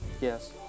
yes